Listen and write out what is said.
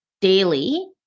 daily